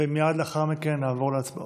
ומייד לאחר מכן נעבור להצבעות.